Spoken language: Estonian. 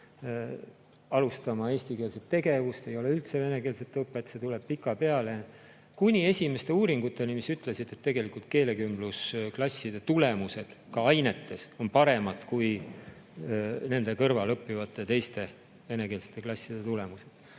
alustama eestikeelset tegevust, ei ole üldse venekeelset õpet, see tuleb pikapeale, kuni esimeste uuringuteni, mis ütlesid, et tegelikult keelekümblusklasside tulemused ka ainetes on paremad kui nende kõrval õppivate teiste, venekeelsete klasside tulemused.